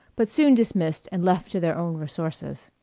but soon dismissed and left to their own resources.